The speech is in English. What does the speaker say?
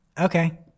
Okay